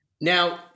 Now